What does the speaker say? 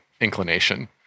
inclination